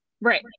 Right